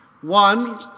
One